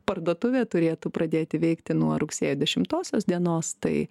parduotuvė turėtų pradėti veikti nuo rugsėjo dešimtosios dienos tai